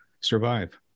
survive